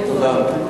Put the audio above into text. תודה.